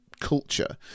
culture